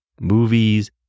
movies